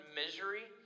misery